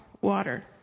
water